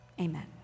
amen